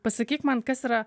pasakyk man kas yra